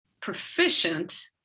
proficient